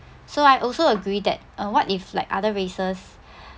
so I also agree that uh what if like other races